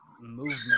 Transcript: movement